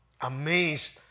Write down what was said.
amazed